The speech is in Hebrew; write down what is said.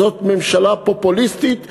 זאת ממשלה פופוליסטית,